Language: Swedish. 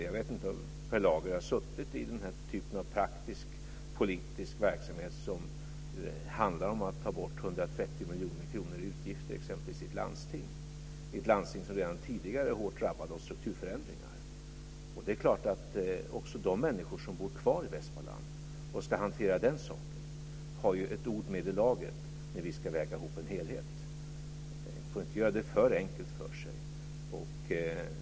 Jag vet inte om Per Lager har suttit i den typen av praktisk, politisk verksamhet som handlar om att ta bort 130 miljoner kronor för utgifter i ett landsting - i ett landsting som redan sedan tidigare är hårt drabbat av strukturförändringar. Också de människor som bor kvar i Västmanland och som ska hantera saken ska få ha ett ord med i laget när en helhet ska vägas ihop. Man får inte göra det för enkelt för sig.